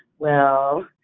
well,